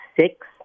six